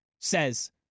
says